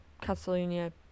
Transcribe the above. Catalonia